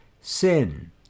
sin